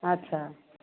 अच्छा